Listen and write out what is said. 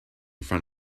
front